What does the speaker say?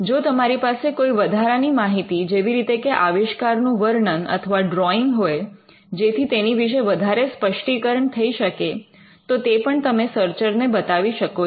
જો તમારી પાસે કોઈ વધારાની માહિતી જેવી રીતે કે આવિષ્કારનું વર્ણન અથવા ડ્રોઈંગ હોય જેથી તેની વિશે વધારે સ્પષ્ટીકરણ થઈ શકે તો તે પણ તમે સર્ચર ને બતાવી શકો છો